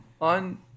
on